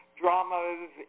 dramas